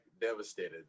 devastated